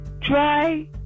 Try